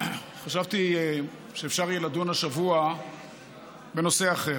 חשבתי שאפשר יהיה לדון השבוע בנושא אחר.